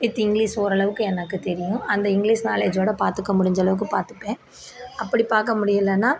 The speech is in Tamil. வித் இங்கிலீஷ் ஓரளவுக்கு எனக்கு தெரியும் அந்த இங்கிலீஷ் நாலேஜோடு பார்த்துக்க முடிஞ்சளவுக்கு பார்த்துப்பேன் அப்படி பார்க்க முடியலனா